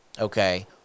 okay